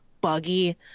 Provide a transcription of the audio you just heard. buggy